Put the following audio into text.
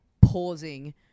pausing